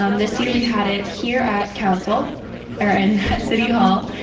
um this year we had it here at council or in city hall.